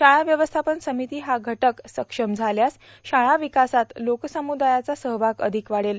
शाळा व्यवस्थापन र्सामती हा घटक सक्षम झाल्यास शाळा विकासात लोकसमुदायाचा सहभाग अधिक वाढेल